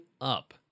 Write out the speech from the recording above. up